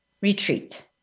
retreat